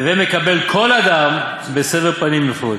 והווי מקבל כל אדם בסבר פנים יפות.